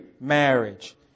marriage